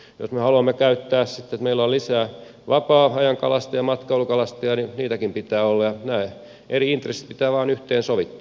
jos me haluamme että meillä on lisää vapaa ajankalastajia ja matkailukalastajia niin niitäkin pitää olla ja nämä eri intressit pitää vain yhteensovittaa